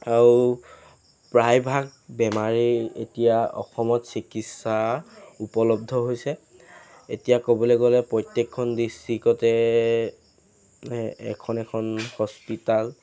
আৰু প্ৰায়ভাগ বেমাৰেই এতিয়া অসমত চিকিৎসা উপলব্ধ হৈছে এতিয়া ক'বলৈ গ'লে প্ৰত্যেকখন ডিষ্ট্ৰিক্টতে এখন এখন হস্পিটাল